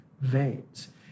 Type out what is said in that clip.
veins